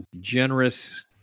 generous